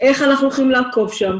איך אנחנו הולכים לעקוב שם?